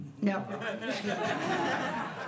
No